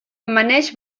amaneix